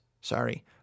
sorry